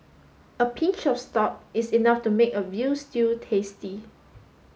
a pinch of salt is enough to make a veal stew tasty